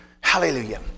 Hallelujah